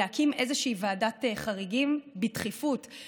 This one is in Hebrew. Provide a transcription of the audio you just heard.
להקים בדחיפות איזושהי ועדת חריגים שתביא